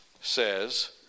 says